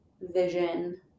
vision